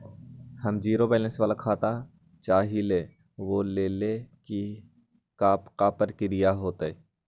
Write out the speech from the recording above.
हम zero balance वाला खाता चाहइले वो लेल की की प्रक्रिया होतई?